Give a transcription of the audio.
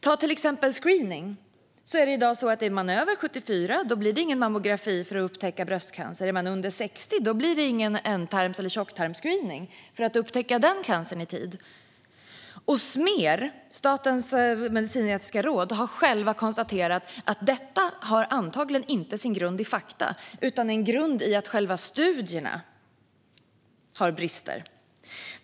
Ta till exempel screening. I dag är det så att om man är över 74 blir det ingen mammografi för att upptäcka bröstcancer. Är man under 60 blir det ingen ändtarms eller tjocktarmsscreening för att upptäcka den cancern i tid. Smer, Statens medicinsk-etiska råd, har själva konstaterat att detta antagligen inte har sin grund i fakta utan i att själva studierna har brister.